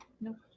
Nope